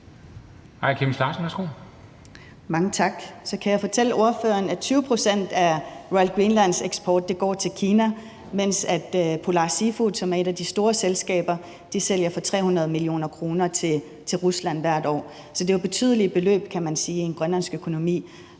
Larsen (IA): Så kan jeg fortælle ordføreren, at 20 pct. af Royal Greenlands eksport går til Kina, mens Polar Seafood, som er et af de store selskaber, sælger for 300 mio. kr. til Rusland hvert år. Så det er jo betydelige beløb, kan man sige, i den grønlandske økonomi.